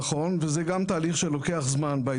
נכון, וזהו גם תהליך שלוקח זמן.